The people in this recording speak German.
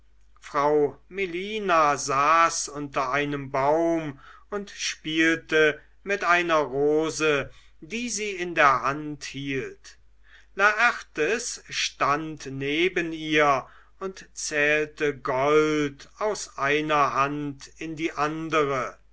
frau melina saß unter einem baum und spielte mit einer rose die sie in der hand hielt laertes stand neben ihr und zählte gold aus einer hand in die andere